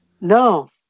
No